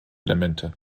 elemente